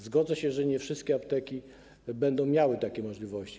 Zgodzę się, że nie wszystkie apteki będą miały takie możliwości.